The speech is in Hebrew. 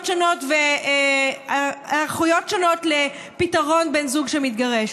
שונות והיערכויות שונות לפתרון בין בני זוג שמתגרשים.